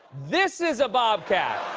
this is a bobcat.